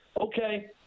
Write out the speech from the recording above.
okay